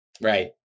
Right